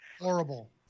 Horrible